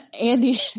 Andy